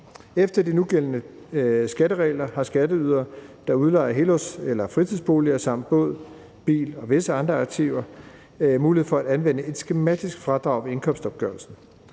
Efter de nugældende skatteregler har skatteydere, der udlejer helårs- eller fritidsboliger samt både, biler og visse andre aktiver, mulighed for at anvende et skematisk fradrag ved indkomstopgørelsen.